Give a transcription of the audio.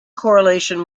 correlation